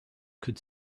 could